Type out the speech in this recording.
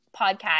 podcast